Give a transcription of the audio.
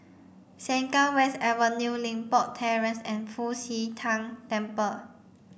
Sengkang West Avenue Limbok Terrace and Fu Xi Tang Temple